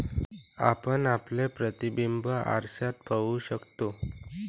आपण आपले प्रतिबिंब आरशात पाहू शकतो